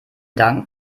dank